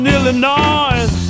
Illinois